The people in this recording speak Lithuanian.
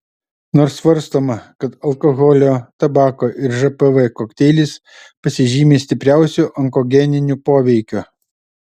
nors svarstoma kad alkoholio tabako ir žpv kokteilis pasižymi stipriausiu onkogeniniu poveikiu